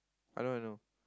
I know I know